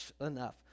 enough